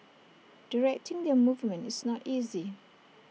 directing their movement is not easy